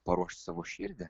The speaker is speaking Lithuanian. paruošt savo širdį